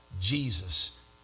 Jesus